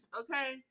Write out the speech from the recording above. okay